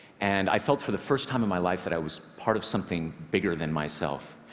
and i felt for the first time in my life that i was part of something bigger than myself.